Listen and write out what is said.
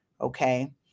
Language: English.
Okay